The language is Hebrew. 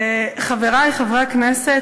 חברי חברי הכנסת,